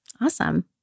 Awesome